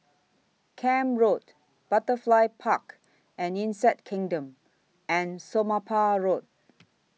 Camp Road Butterfly Park and Insect Kingdom and Somapah Road